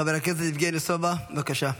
חבר הכנסת יבגני סובה, בבקשה.